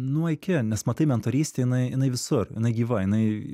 nuo iki nes matai mentorystė jinai jinai visur jinai gyva jinai